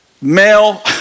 male